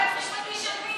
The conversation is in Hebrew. יועץ משפטי של מי?